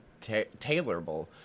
tailorable